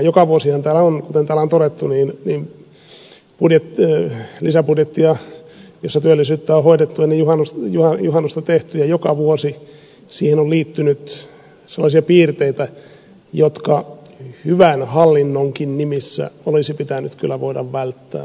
joka vuosihan täällä on kuten täällä on todettu ennen juhannusta tehty lisäbudjetti jossa työllisyyttä on hoidettu ja joka vuosi siihen on liittynyt sellaisia piirteitä jotka hyvän hallinnonkin nimissä olisi pitänyt kyllä voida välttää